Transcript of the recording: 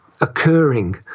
Occurring